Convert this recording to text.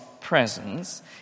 presence